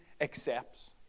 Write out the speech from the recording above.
accepts